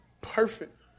perfect